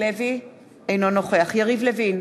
אינו נוכח יריב לוין,